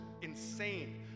insane